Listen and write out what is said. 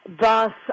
thus